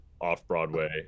Off-Broadway